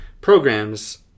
programs